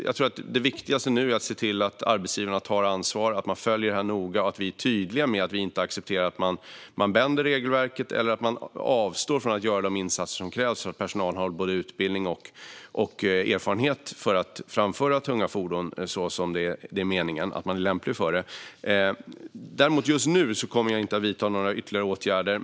Jag tror att det viktigaste nu är att se till att arbetsgivarna tar ansvar, att man följer detta noga och att vi är tydliga med att vi inte accepterar att man bänder regelverket eller avstår från att göra de insatser som krävs för att personalen ska ha både utbildning och erfarenhet för att framföra tunga fordon så som det är meningen. Just nu kommer jag inte att vidta några ytterligare åtgärder.